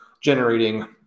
generating